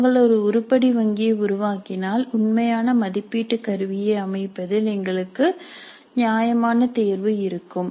நாங்கள் ஒரு உருப்படி வங்கியை உருவாக்கினால் உண்மையான மதிப்பீட்டு கருவியை அமைப்பதில் எங்களுக்கு நியாயமான தேர்வு இருக்கும்